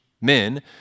men